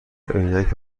عینک